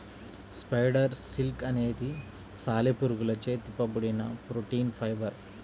spider silk అనేది సాలెపురుగులచే తిప్పబడిన ప్రోటీన్ ఫైబర్